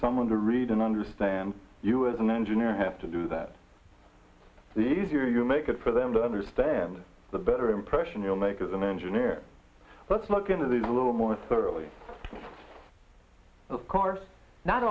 someone to read and understand you as an engineer have to do that the easier you make good for them to understand the better impression you'll make as an engineer let's look into this a little more thoroughly of course not